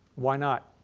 why not?